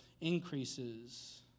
increases